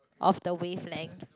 of the wavelength